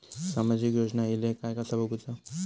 सामाजिक योजना इले काय कसा बघुचा?